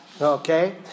Okay